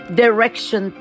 direction